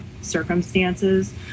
circumstances